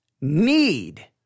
need